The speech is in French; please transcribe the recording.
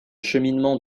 cheminement